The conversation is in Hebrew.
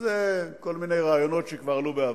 וזה כל מיני רעיונות שכבר עלו בעבר.